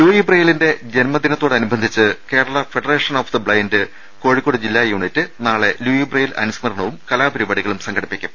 Louis ബ്രെയിലിന്റെ ജന്മദിനത്തോടനുബന്ധിച്ച് Kerala federation of the blind Kozhikode ജില്ലാ യൂണിറ്റ് നാളെ ലൂയി ബ്രെയിൽ അനുസ്മരണവും കലാപരിപാ ടികളും സംഘടിപ്പിക്കും